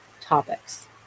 topics